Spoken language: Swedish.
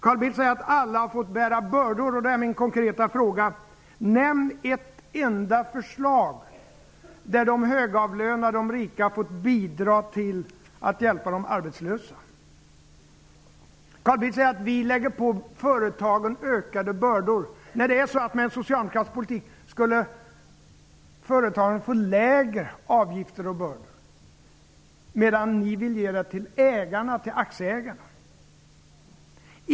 Carl Bildt säger att alla har fått bära bördor. Då är min konkreta fråga: Nämn ett enda förslag där de högavlönade och de rika har fått bidra till att hjälpa de arbetslösa? Carl Bildt säger att Socialdemokraterna lägger på företagen ökade bördor. Med en socialdemokratisk politik skulle företagen få lägre avgifter och mindre bördor, medan ni vill ge till ägarna och aktieägarna.